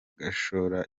gashora